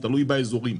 תלוי באזורים,